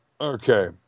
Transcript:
Okay